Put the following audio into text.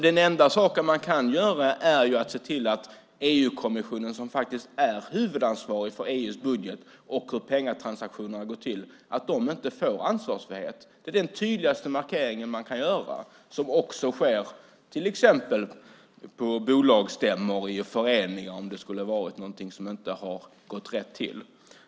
Det enda man kan göra är att se till att EU-kommissionen, som är huvudansvarig för EU:s budget och hur pengatransaktionerna går till, inte får ansvarsfrihet. Det är den tydligaste markering man kan göra. Det sker till exempel på bolagsstämmor och i föreningar om det skulle vara någonting som inte har gått rätt till.